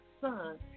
son